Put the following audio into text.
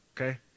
okay